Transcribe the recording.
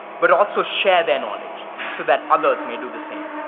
but also share their knowledge so that others may do the same.